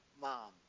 mom